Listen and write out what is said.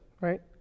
right